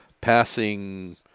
passing